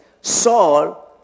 Saul